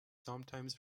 sometimes